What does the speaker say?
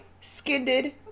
skinned